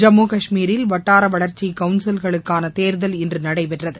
ஜம்மு காஷ்மீரில் வட்டார வளர்ச்சி கவுன்சில்களுக்கான தேர்தல் இன்று நடைபெற்றது